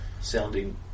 sounding